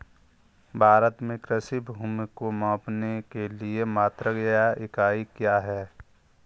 भारत में कृषि भूमि को मापने के लिए मात्रक या इकाई क्या है?